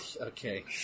okay